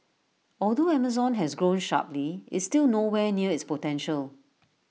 although Amazon has grown sharply IT is still nowhere near its potential